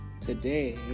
today